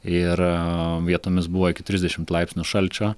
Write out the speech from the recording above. ir vietomis buvo iki trisdešimt laipsnių šalčio